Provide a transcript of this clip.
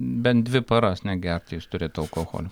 bent dvi paras negerti jis turėtų alkoholio